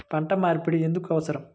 పంట మార్పిడి ఎందుకు అవసరం?